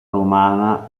romana